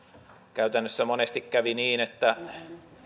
käytännössä monesti kävi niin että